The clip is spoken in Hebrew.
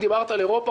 דיברת על אירופה,